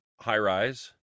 high-rise